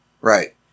Right